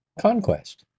conquest